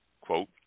Quote